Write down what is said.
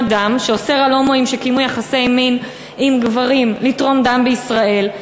הדם שאוסר על הומואים שקיימו יחסי מין עם גברים לתרום דם בישראל.